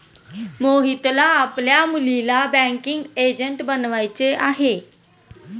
मोहितला आपल्या मुलीला बँकिंग एजंट बनवायचे आहे